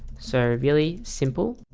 so really simple